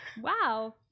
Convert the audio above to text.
wow